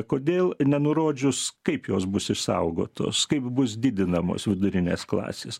kodėl nenurodžius kaip jos bus išsaugotos kaip bus didinamos vidurinės klasės